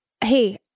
hey